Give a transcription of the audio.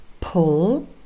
pull